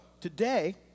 today